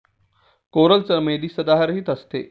coral चमेली सदाहरित असते